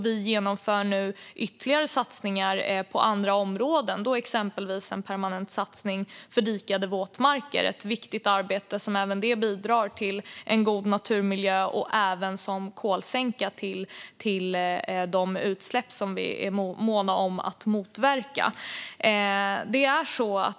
Vi genomför nu ytterligare satsningar på andra områden, exempelvis en permanent satsning för dikade våtmarker. Det är ett viktigt arbete som bidrar till en god naturmiljö och även fungerar som kolsänka till de utsläpp som vi är måna om att motverka.